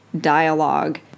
dialogue